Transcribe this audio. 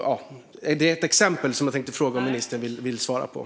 Det är ett exempel som jag tänkte fråga ministern om.